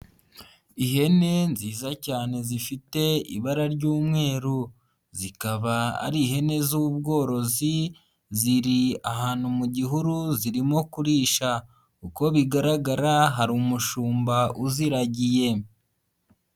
Ihene nziza cyane zifite ibara ry'umweru, zikaba ari ihene z'ubworozi, ziri ahantu mu gihuru zirimo kurisha, uko bigaragara hari umushumba uziragiye.